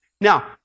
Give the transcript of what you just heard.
Now